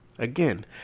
Again